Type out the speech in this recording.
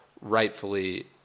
rightfully